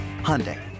Hyundai